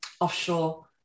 offshore